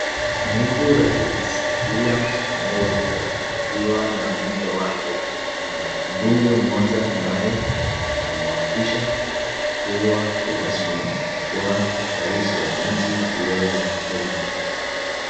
Naibu raisi William Samoei Ruto wakiwa na mke wake na mbunge mmoja ambaye anamuapisha kuwa kirasimi, kuwa raisi, wa nchi hiyo ya Kenya.